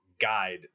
guide